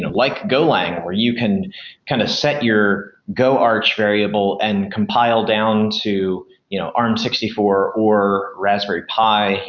and like go lang where you can kind of set your go arch variable and compile down to you know arm sixty four or raspberry pie,